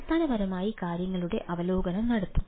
അടിസ്ഥാനപരമായി കാര്യങ്ങളുടെ അവലോകനം നടത്തും